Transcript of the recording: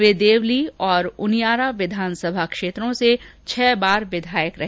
वे देवली और उनियारा विधानसभा क्षेत्र से छह बार विधायक रहे